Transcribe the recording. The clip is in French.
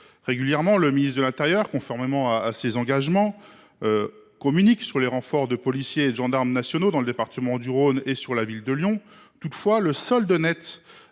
Régulièrement, le ministre de l’intérieur et des outre mer, conformément à ses engagements, communique sur les renforts de policiers et de gendarmes nationaux dans le département du Rhône et la ville de Lyon. Toutefois, le solde net